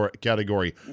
category